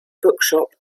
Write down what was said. bookshop